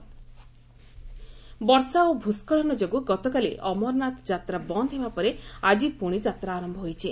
ଅମରନାଥ ଜାନ୍ମୁ ବର୍ଷା ଓ ଭୂସ୍କଳନ ଯୋଗୁଁ ଗତକାଲି ଅମରନାଥ ଯାତ୍ରା ବନ୍ଦ ହେବା ପରେ ଆକି ପୁଣି ଯାତ୍ରା ଆରମ୍ଭ ହୋଇଛି